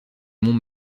monts